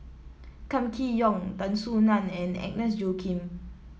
Kam Kee Yong Tan Soo Nan and Agnes Joaquim